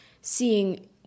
seeing